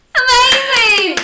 amazing